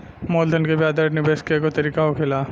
मूलधन के ब्याज दर निवेश के एगो तरीका होखेला